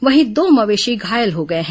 वहीं दो मवेशी घायल हो गए है